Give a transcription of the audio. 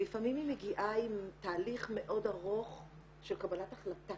לפעמים היא מגיעה עם תהליך מאוד ארוך של קבלת החלטה